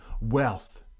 wealth